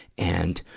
and,